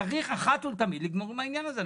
צריך אחת ולתמיד לגמור עם העניין הזה.